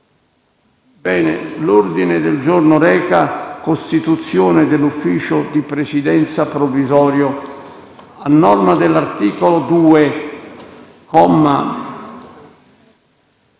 L'ordine del giorno reca: «Costituzione dell'Ufficio di Presidenza provvisorio». A norma dell'articolo 2,